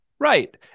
Right